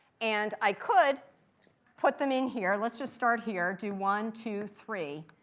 and i could put them in here. let's just start here. do one, two, three.